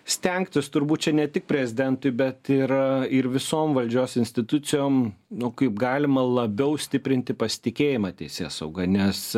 stengtis turbūt čia ne tik prezidentui bet ir ir visom valdžios institucijom nu kaip galima labiau stiprinti pasitikėjimą teisėsauga nes